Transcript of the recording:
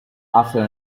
after